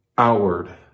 Outward